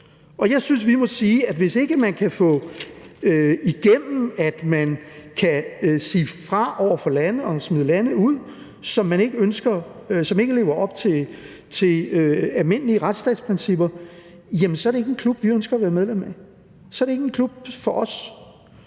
og jeg synes, vi må sige, at hvis ikke man kan få igennem, at man kan sige fra over for lande og smide lande ud, som ikke lever op til almindelige retsstatsprincipper, så er det ikke en klub, vi ønsker at være medlem af, så er det ikke en klub for os.